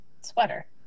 sweater